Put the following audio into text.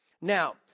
Now